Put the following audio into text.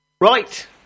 Right